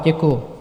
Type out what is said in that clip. Děkuju.